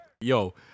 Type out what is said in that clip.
Yo